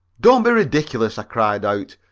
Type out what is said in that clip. don't be ridiculous, i cried out,